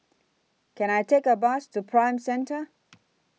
Can I Take A Bus to Prime Centre